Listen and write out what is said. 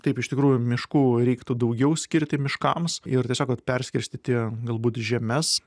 taip iš tikrųjų miškų reiktų daugiau skirti miškams ir tiesiog vat perskirstyti galbūt žemes